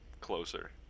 closer